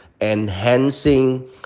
enhancing